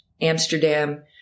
Amsterdam